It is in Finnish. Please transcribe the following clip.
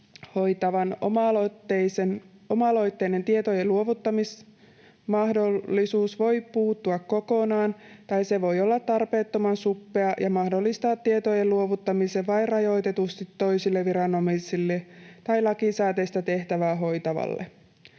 hoitavan oma-aloitteinen tietojen luovuttamismahdollisuus voi puuttua kokonaan tai se voi olla tarpeettoman suppea ja mahdollistaa tietojen luovuttamisen vain rajoitetusti toisille viranomaisille tai lakisääteistä tehtävää hoitavalle.